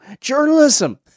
journalism